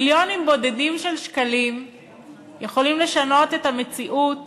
מיליונים בודדים של שקלים יכולים לשנות את המציאות